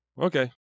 Okay